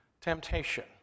temptation